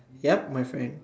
ya my friend